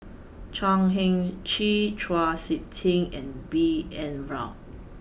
Chan Heng Chee Chau Sik Ting and B N Rao